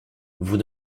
vous